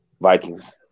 Vikings